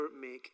make